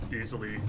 easily